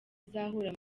azahura